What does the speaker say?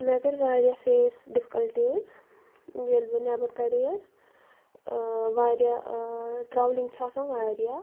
مےٚ کٔر واریاہ فیس ڈِفکلٹیٖز ییٚلہِ بہٕ نیبر ترییس آ واریاہ ٹرولِنگ چھِ آسان واریاہ